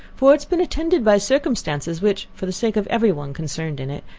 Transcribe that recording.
for it been attended by circumstances which, for the sake of every one concerned in it,